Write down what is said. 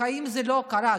בחיים זה לא קרה.